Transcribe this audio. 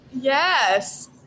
yes